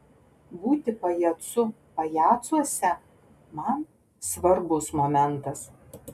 būti pajacu pajacuose man svarbus momentas